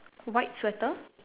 white sweater